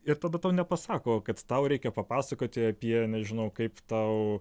ir tada tau nepasako kad tau reikia papasakoti apie nežinau kaip tau